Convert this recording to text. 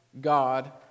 God